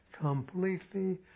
completely